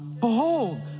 Behold